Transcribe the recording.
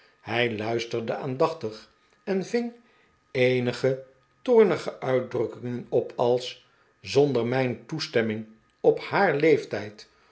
hij luisterde aandachtig en ving eenige toornige uitdrukkingen op als zonder mijn toestemming op haar leeftijd